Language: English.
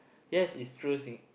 yes it's true thing